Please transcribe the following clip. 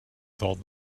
thought